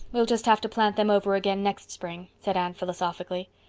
we'll just have to plant them over again next spring, said anne philosophically.